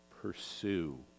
pursue